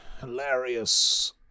Hilarious